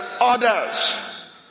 others